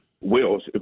wills